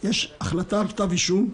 --- אם הוא לא היה יושב בדיון אותו מוטי,